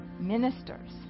ministers